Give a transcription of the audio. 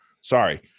sorry